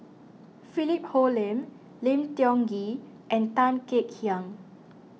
Philip Hoalim Lim Tiong Ghee and Tan Kek Hiang